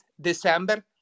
December